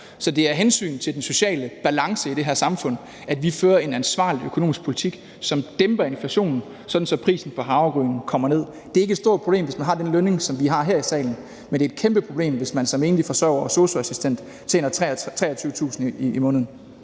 Så det er af hensyn til den sociale balance i det her samfund, at vi fører en ansvarlig økonomisk politik, som dæmper inflationen, sådan at prisen på havregryn bliver lavere. Det er ikke et stort problem, hvis man har den løn, som vi her i salen har, men det er et stort problem, hvis man som enlig forsørger og sosu-assistent tjener 23.000 kr. om måneden.